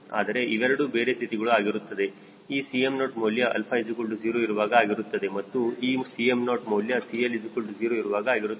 ಆದರೆ ಇವೆರಡು ಬೇರೆ ಸ್ಥಿತಿಗಳು ಆಗಿರುತ್ತದೆ ಈ Cm0 ಮೌಲ್ಯ 𝛼 0 ಇರುವಾಗ ಆಗಿರುತ್ತದೆ ಮತ್ತು ಈ Cm0 ಮೌಲ್ಯ CL 0 ಇರುವಾಗ ಆಗಿರುತ್ತದೆ